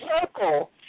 circle